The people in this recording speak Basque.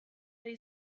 bere